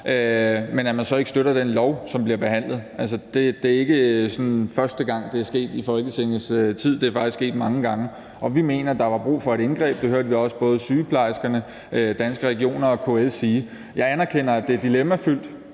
svar, men ikke støtter det lovforslag, der bliver behandlet. Det er ikke første gang, det er sket i Folketingets tid. Det er faktisk sket mange gange, og vi mener, at der var brug for et indgreb. Det hørte vi også både sygeplejerskerne, Danske Regioner og KL sige. Jeg anerkender, at det er dilemmafyldt,